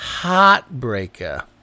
Heartbreaker